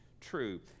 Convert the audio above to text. true